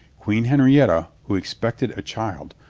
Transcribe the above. queen henrietta, who expected a child,